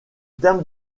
terme